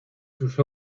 sus